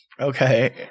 Okay